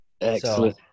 excellent